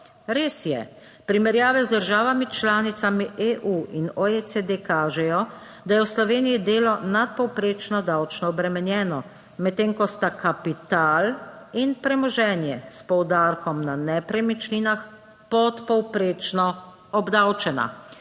(Nadaljevanje) državami članicami EU in OECD kažejo, da je v Sloveniji delo nadpovprečno davčno obremenjeno, medtem ko sta kapital in premoženje, s poudarkom na nepremičninah, podpovprečno obdavčena.